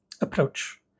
approach